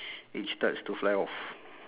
it starts to fly off